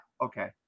Okay